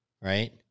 right